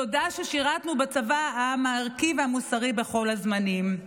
תודה ששירתנו בצבא העם הערכי והמוסרי בכל הזמנים.